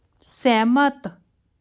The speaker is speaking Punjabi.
ਸਹਿਮਤ